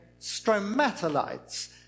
stromatolites